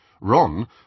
Ron